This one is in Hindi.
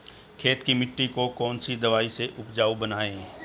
खेत की मिटी को कौन सी दवाई से उपजाऊ बनायें?